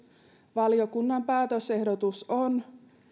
valiokunnan päätösehdotus on